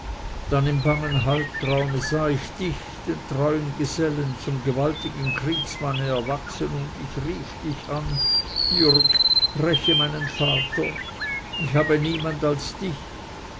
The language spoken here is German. dann im bangen halbtraume sah ich dich den treuen gesellen zum gewaltigen kriegsmanne erwachsen und ich rief dich an jürg räche meinen vater ich habe niemand als dich